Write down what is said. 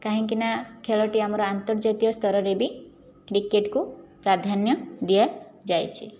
କାହିଁକି ନା ଖେଳଟି ଆମର ଅର୍ନ୍ତଜାତୀୟ ସ୍ତରରେ ବି କ୍ରିକେଟକୁ ପ୍ରାଧାନ୍ୟ ଦିଆଯାଇଛି